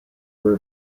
were